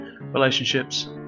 relationships